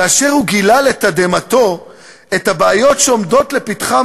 כאשר הוא גילה לתדהמתו את הבעיות שעומדות לפתחם,